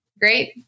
Great